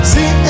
See